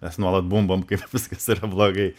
mes nuolat bumbam kaip viskas yra blogai